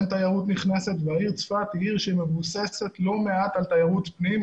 אין תיירות נכנסת והעיר צפת היא עיר שמבוססת לא מעט על תיירות פנים,